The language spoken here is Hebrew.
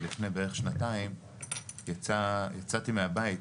אבל לפני בערך שנתיים יצאתי מהבית,